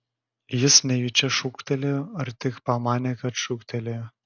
jis nejučia šūktelėjo ar tik pamanė kad šūktelėjo